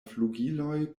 flugiloj